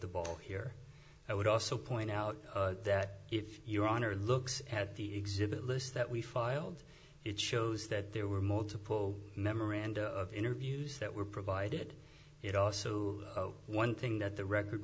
the ball here i would also point out that if your honor looks at the exhibit lists that we filed it shows that there were multiple memoranda of interviews that were provided it also one thing that the record